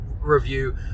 review